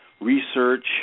research